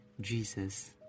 Jesus